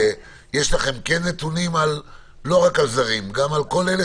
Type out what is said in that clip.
יש לכם נתונים לא רק על זרים גם על כל אלה